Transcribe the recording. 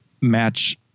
match